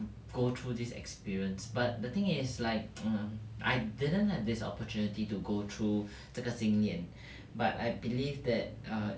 go through this experience but the thing is like mm I didn't have this opportunity to go through 这个经验 but I believe that err